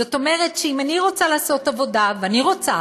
זאת אומרת שאם אני רוצה לעשות עבודה, ואני רוצה